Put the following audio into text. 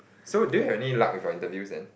so do you have any luck with your interviews then